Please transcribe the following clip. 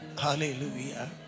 Hallelujah